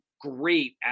great